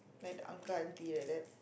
like the uncle auntie like that